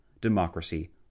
democracy